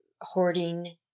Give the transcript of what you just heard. hoarding